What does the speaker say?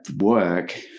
work